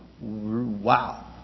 Wow